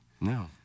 No